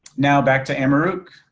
now back to amaroq.